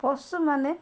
ପଶୁମାନେ